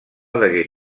degué